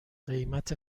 قیمت